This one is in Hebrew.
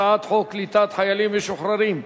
הצעת חוק קליטת חיילים משוחררים (תיקון,